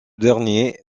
dernier